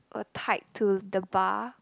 were tied to the bar